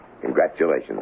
Congratulations